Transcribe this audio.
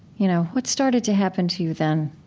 you know what started to happen to you then?